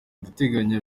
ndateganya